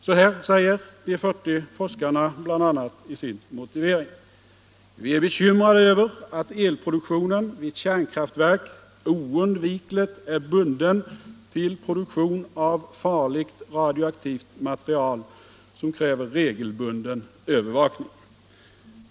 Så här säger de 40 forskarna bl.a. i sin motivering: "Vi är bekymrade över att elproduktionen vid kärnkraftverk oundvikligt är bunden till produktion av farligt radioaktivt material som kräver regelbunden övervakning.